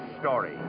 story